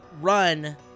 run